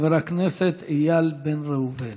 חבר הכנסת איל בן ראובן.